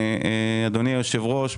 אדוני היושב ראש,